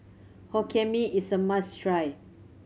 Hokkien Mee is a must try